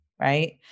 right